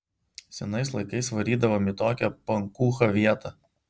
senais laikais varydavom į tokią pankūchą vietą